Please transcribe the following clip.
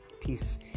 peace